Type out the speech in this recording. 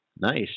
nice